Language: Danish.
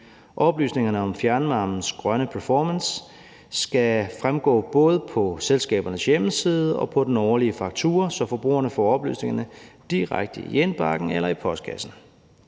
Oplysningerne om fjernvarmens grønne performance skal fremgå både af selskabernes hjemmeside og på den årlige faktura, så forbrugerne får oplysningerne direkte i indbakken eller i postkassen.